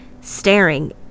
staring